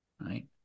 right